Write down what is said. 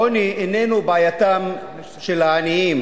העוני איננו בעייתם של העניים,